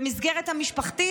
במסגרת המשפחתית,